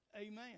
Amen